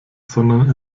sondern